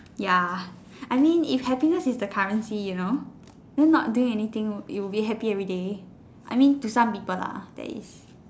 ya I mean if happiness is the currency you know then not doing anything you would be happy every day I mean to some people lah that is